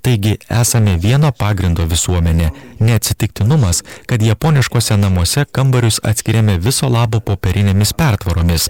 taigi esame vieno pagrindo visuomenė neatsitiktinumas kad japoniškuose namuose kambarius atskiriame viso labo popierinėmis pertvaromis